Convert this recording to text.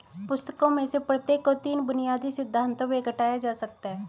पुस्तकों में से प्रत्येक को तीन बुनियादी सिद्धांतों में घटाया जा सकता है